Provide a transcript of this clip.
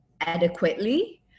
adequately